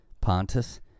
Pontus